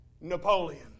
napoleon